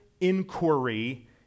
inquiry